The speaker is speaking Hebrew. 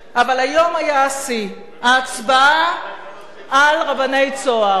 אבל היום היה השיא: ההצבעה על רבני "צהר".